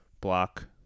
block